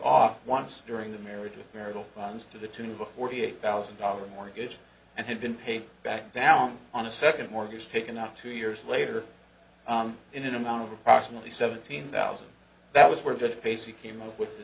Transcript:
off once during the marriage with marital funds to the tune of a forty eight thousand dollars mortgage and had been paid back down on a second mortgage taken out two years later in an amount of approximately seventeen thousand that was worth to face you came up with the